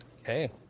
okay